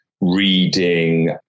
reading